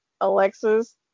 Alexis